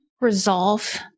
Resolve